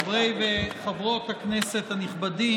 חברי וחברות הכנסת הנכבדים,